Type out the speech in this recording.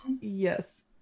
Yes